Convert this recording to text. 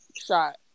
Shot